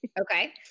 Okay